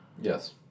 Yes